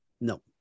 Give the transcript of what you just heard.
No